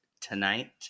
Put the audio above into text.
tonight